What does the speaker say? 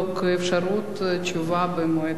תשובה במועד אחר.